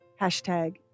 Hashtag